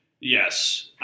Yes